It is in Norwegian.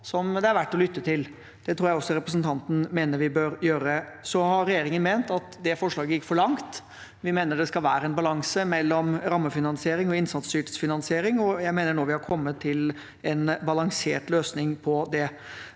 det er verdt å lytte til. Det tror jeg også representanten mener vi bør gjøre. Så har regjeringen ment at det forslaget gikk for langt. Vi mener det skal være en balanse mellom rammefinansiering og innsatsstyrt finansiering, og jeg mener vi nå har kommet til en balansert løsning på det.